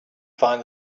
find